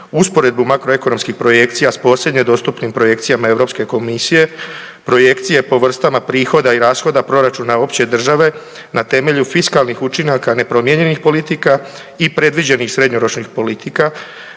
usporedbu makroekonomskih projekcija s posljednje dostupnim projekcijama Europske komisije, projekcije po vrstama prihoda i rashoda proračuna opće države na temelju fiskalnih učinaka nepromijenjenih politika i predviđenih srednjoročnih politika,